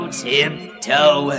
tiptoe